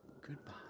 goodbye